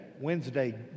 Wednesday